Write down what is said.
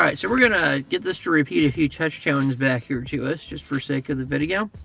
right, so we're gonna get this to repeat a few touch tones back here to us just for sake of the video.